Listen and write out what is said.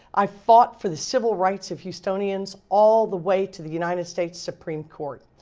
i've fought for the civil rights of houstonians all the way to the united states supreme court.